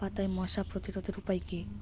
চাপাতায় মশা প্রতিরোধের উপায় কি?